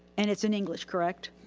and it's in english, correct?